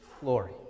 glory